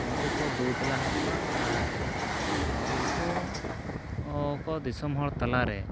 ᱩᱱᱠᱩ ᱠᱚ ᱫᱩ ᱫᱮᱞᱟ ᱟᱠᱚᱣᱟ ᱟᱨ ᱩᱱᱠᱩ ᱠᱚ ᱫᱤᱥᱚᱢ ᱦᱚᱲ ᱛᱟᱞᱟᱨᱮ